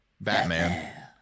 Batman